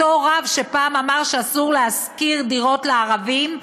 אותו רב שפעם אמר שאסור להשכיר דירות לערבים,